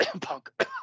Punk